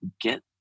get